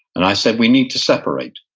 and i said we need to separate.